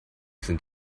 sind